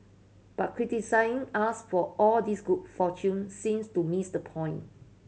but criticising us for all this good fortune seems to miss the point